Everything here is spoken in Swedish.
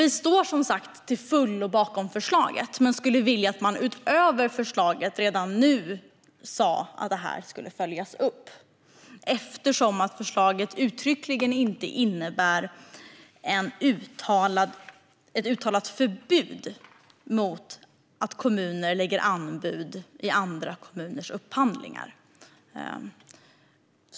Vi står som sagt till fullo bakom förslaget men skulle vilja att man utöver förslaget redan nu sa att detta ska följas upp, eftersom förslaget inte innebär ett uttalat förbud mot att kommuner lägger anbud i andra kommuners upphandlingar.